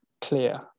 clear